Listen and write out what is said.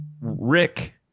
Rick